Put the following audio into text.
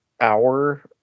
hour